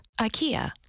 IKEA